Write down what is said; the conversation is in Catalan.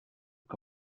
que